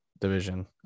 division